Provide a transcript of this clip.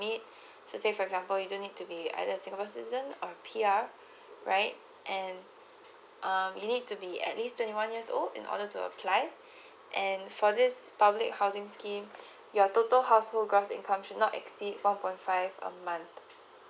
meet so say for example you need to be either singapore citizen or P R right and um you need to be at least twenty one years old in order to apply and for this public housing scheme your total household gross income should not exceed four point five a month